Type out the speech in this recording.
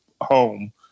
home